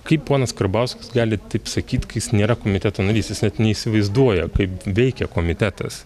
kaip ponas karbauskis gali taip sakyt kai jis nėra komiteto narys jis net neįsivaizduoja kaip veikia komitetas